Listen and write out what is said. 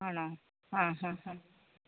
ആണോ ഹാ ഹാ ഹാ